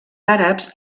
àrabs